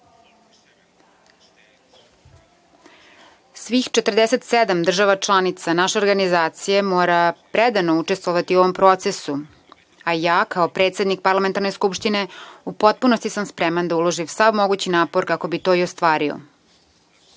Svih 47 država članica naše organizacije mora predano učestvovati u ovom procesu, a ja kao predsednik Parlamentarne skupštine u potpunosti sam spreman da uložim sav mogući napor kako bi to i ostvario. Poštovane